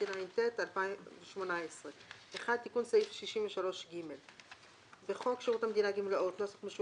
התשע"ט 2018. תיקון סעיף 63ג 1. בחוק שירות המדינה (גמלאות) ,